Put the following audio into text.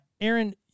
Aaron